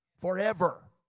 forever